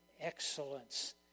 excellence